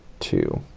two,